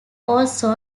also